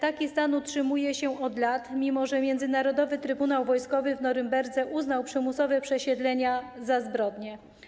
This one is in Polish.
Taki stan utrzymuje się od lat, mimo że Międzynarodowy Trybunał Wojskowy w Norymberdze uznał przymusowe przesiedlenia za zbrodnię.